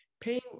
paying